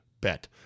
bet